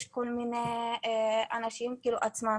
יש כל מיני אנשים כאילו שבעצמם,